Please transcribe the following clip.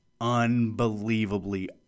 unbelievably